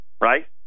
right